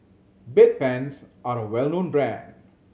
Bedpans are a well known brand